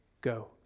go